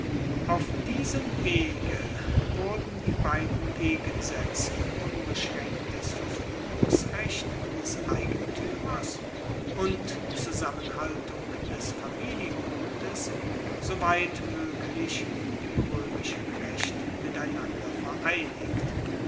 auf diesem wege wurden die beiden gegensaetze unbeschraenktes verfuegungsrecht des eigentuemers und zusammenhaltung des familiengutes soweit moeglich im roemischen recht miteinander vereinigt